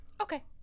Okay